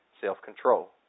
self-control